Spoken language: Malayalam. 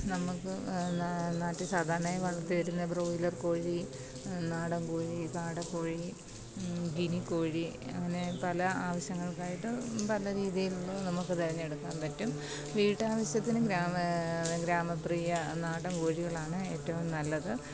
നമുക്ക് നാട്ടിൽ സാധാരണയായി വളർത്തി വരുന്ന ബ്രോയിലര് കോഴി നാടന് കോഴി കാടക്കോഴി ഗിനിക്കോഴി അങ്ങനെ പല ആവശ്യങ്ങള്ക്കായിട്ട് പല രീതിയില് നിന്ന് നമുക്ക് തിരഞ്ഞെടുക്കാന് പറ്റും വീട്ടാവശ്യത്തിനും ഗ്രാമ ഗ്രാമപ്രിയ നാടന് കോഴികളാണ് ഏറ്റവും നല്ലത്